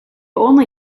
only